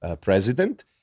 president